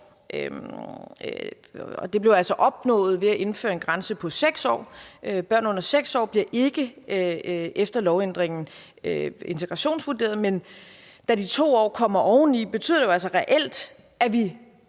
år. Det blev altså opnået ved at indføre en grænse på 6 år. Børn under 6 år bliver ikke efter lovændringen integrationsvurderet. Men da de 2 år kommer oveni, betød det altså reelt, at vi